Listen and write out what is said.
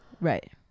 right